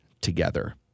together